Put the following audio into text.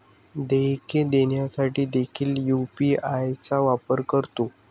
देयके देण्यासाठी देखील यू.पी.आय चा वापर करतो